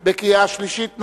התש"ע 2010, בקריאה שלישית.